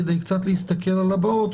כדי להסתכל על הבאות.